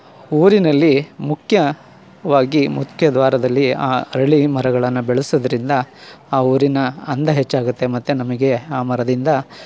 ಊರಿನಲ್ಲಿ ಮುಖ್ಯವಾಗಿ ಮುಖ್ಯ ದ್ವಾರದಲ್ಲಿ ಆ ಅರಳಿ ಮರಗಳನ್ನು ಬೆಳೆಸೋದರಿಂದ ಆ ಊರಿನ ಅಂದ ಹೆಚ್ಚಾಗುತ್ತೆ ಮತ್ತು ನಮಗೆ ಆ ಮರದಿಂದ